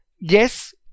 yes